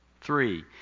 Three